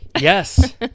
Yes